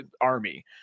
army